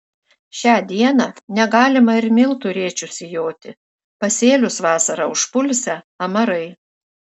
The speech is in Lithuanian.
šią dieną negalima ir miltų rėčiu sijoti pasėlius vasarą užpulsią amarai